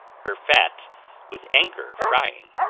her fat with anger frying.